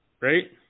Right